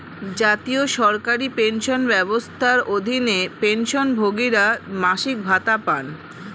জাতীয় সরকারি পেনশন ব্যবস্থার অধীনে, পেনশনভোগীরা মাসিক ভাতা পান